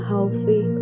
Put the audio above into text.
healthy